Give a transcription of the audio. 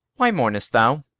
why mourn'st thou?